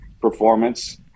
performance